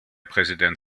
präsident